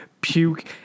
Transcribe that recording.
puke